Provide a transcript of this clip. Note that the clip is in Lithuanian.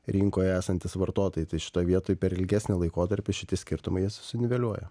rinkoje esantys vartotojai tai šitoj vietoj per ilgesnį laikotarpį šitie skirtumai jie susiniveliuoja